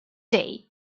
day